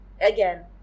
again